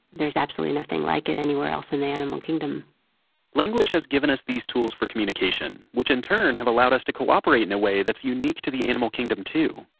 there's absolutely nothing like it anywhere else in the animal kingdom language has given us these tools for communication, which in turn have allowed us to cooperate in a way that's unique to the animal kingdom too.